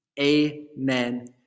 amen